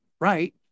right